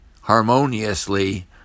harmoniously